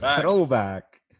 Throwback